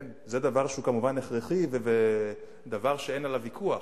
וזה דבר שהוא כמובן הכרחי ודבר שאין עליו ויכוח,